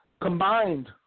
combined